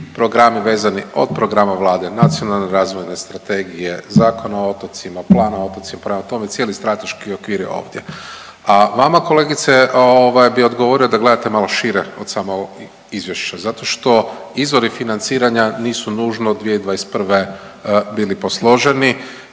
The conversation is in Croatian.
programi vezani od programa Vlade, nacionalne razvojne strategije, Zakona o otocima, plana o otocima, prema tome cijeli strateški okvir je ovdje. A vama kolegice bih odgovorio da gledate malo šire od samog izvješća zato što izvori financiranja nisu nužno 2021. bili posloženi.